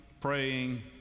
praying